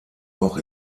auch